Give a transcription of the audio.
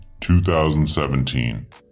2017